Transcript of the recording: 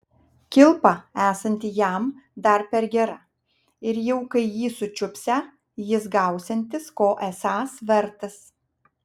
kilpa esanti jam dar per gera ir jau kai jį sučiupsią jis gausiantis ko esąs vertas